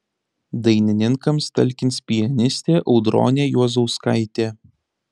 dainininkams talkins pianistė audronė juozauskaitė